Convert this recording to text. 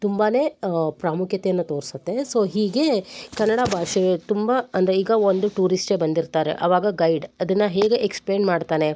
ತುಂಬಾ ಪ್ರಾಮುಖ್ಯತೆಯನ್ನು ತೋರ್ಸುತ್ತೆ ಸೊ ಹೀಗೆ ಕನ್ನಡ ಭಾಷೆ ತುಂಬ ಅಂದರೆ ಈಗ ಒಂದು ಟೂರಿಸ್ಟೇ ಬಂದಿರ್ತಾರೆ ಆವಾಗ ಗೈಡ್ ಅದನ್ನು ಹೇಗೆ ಎಕ್ಸ್ಪ್ಲೇನ್ ಮಾಡ್ತಾನೆ